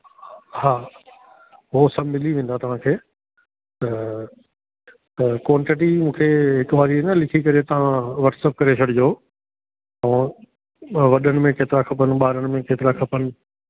हा हो सभु मिली वेंदा तव्हां त त क्वांटीटी मूंखे हिक वारी न लिखी करे तव्हां वाट्सअप करे छॾिजो और अ वॾनि में केतिरा खपनि ॿारनि में केतिरा खपनि